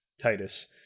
Titus